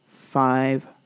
five